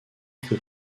que